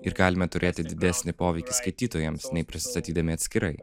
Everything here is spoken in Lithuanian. ir galime turėti didesnį poveikį skaitytojams nei prisistatydami atskirai